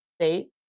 state